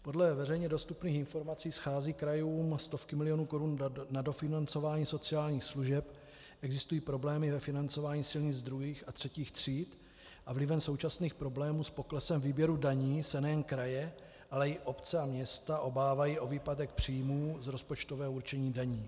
Podle veřejně dostupných informací scházejí krajům stovky milionů korun na dofinancování sociálních služeb, existují problémy ve financování silnic druhých a třetích tříd a vlivem současných problémů s poklesem výběru daní se nejen kraje, ale i obce a města obávají o výpadek příjmů z rozpočtového určení daní.